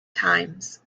times